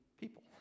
people